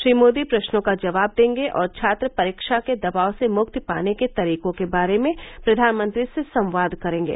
श्री मोदी प्रश्नों का जवाब देंगे और छात्र परीक्षा के दबाव से मुक्ति पाने के तरीकों के बारे में प्रधानमंत्री से संवाद करेंगे